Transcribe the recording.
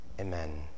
Amen